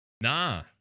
Nah